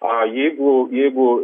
a jeigu jeigu